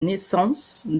naissance